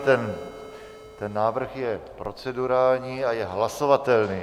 Ten návrh je procedurální a je hlasovatelný.